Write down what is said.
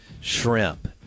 shrimp